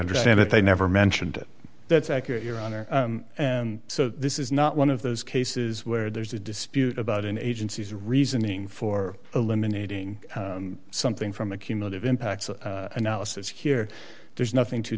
understand it they never mentioned it that's accurate your honor and so this is not one of those cases where there's a dispute about an agency's reasoning for eliminating something from a cumulative impact analysis here there's nothing to